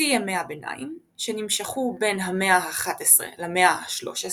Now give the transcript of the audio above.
שיא ימי הביניים שנמשכו בין המאה האחת עשרה למאה השלוש עשרה.